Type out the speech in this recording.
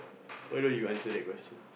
why don't you answer that question